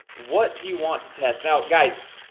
what do you want to test out guys?